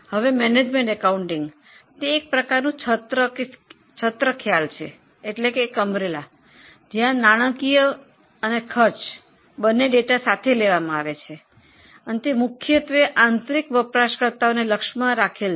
હવે management accounting તે એક પ્રકારનું છત્ર ખ્યાલ છે જ્યાં નાણાકીય અને ખર્ચ બંને માહિતી સાથે લેવામાં આવે છે અને તે મુખ્યત્વે આંતરિક વપરાશકર્તાઓને માટે છે